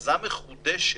הכרזה מחודשת,